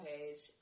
Page